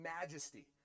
majesty